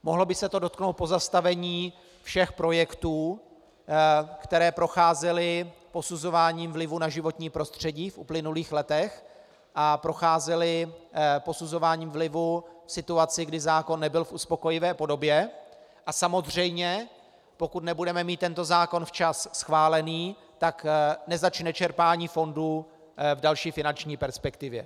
Mohlo by se to dotknout pozastavení všech projektů, které procházely posuzováním vlivu na životní prostředí v uplynulých letech a procházely posuzováním vlivu v situaci, kdy zákon nebyl v uspokojivé podobě, a samozřejmě pokud nebudeme mít tento zákon včas schválený, tak nezačne čerpání fondu v další finanční perspektivě.